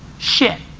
shit.